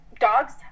dogs